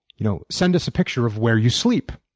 you know send us a picture of where you sleep.